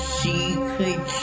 secret